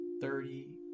thirty